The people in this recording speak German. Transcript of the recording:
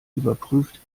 überprüft